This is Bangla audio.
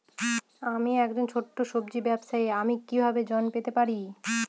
আমি একজন ছোট সব্জি ব্যবসায়ী আমি কিভাবে ঋণ পেতে পারি?